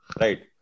Right